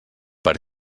per